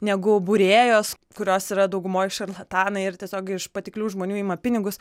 negu būrėjos kurios yra daugumoj šarlatanai ir tiesiog iš patiklių žmonių ima pinigus